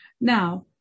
Now